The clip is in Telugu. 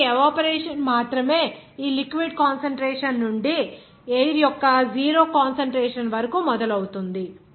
కాబట్టి ఎవాపోరేషన్ మాత్రమే ఈ లిక్విడ్ కాన్సంట్రేషన్ నుండి ఎయిర్ యొక్క 0 కాన్సంట్రేషన్ వరకు మొదలవుతుంది